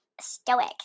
stoic